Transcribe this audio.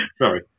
Sorry